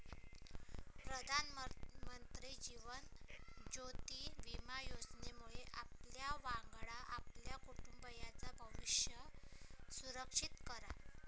प्रधानमंत्री जीवन ज्योति विमा योजनेमुळे आपल्यावांगडा आपल्या कुटुंबाचाय भविष्य सुरक्षित करा